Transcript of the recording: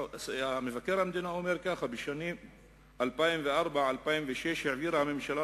מבקר המדינה אומר כך: "בשנים 2004 2006 העבירה הממשלה